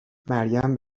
مریم